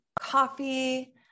coffee